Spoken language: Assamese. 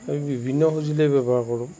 আমি বিভিন্ন সঁজুলি ব্যৱহাৰ কৰোঁ